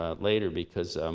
ah later, because